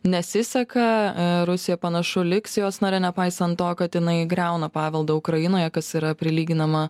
nesiseka rusija panašu liks jos nare nepaisant to kad jinai griauna paveldą ukrainoje kas yra prilyginama